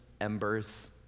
embers